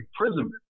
imprisonment